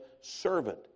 servant